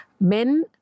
men